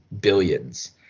Billions